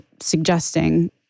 suggesting